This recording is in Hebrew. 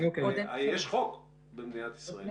יש חוק במדינת ישראל.